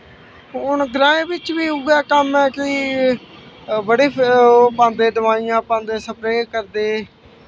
हून ग्राएं बिच्च बी उऐ कम्म ऐ कि बड़ी ओह् पांदे दवाईयां पांदे सप्रे करदे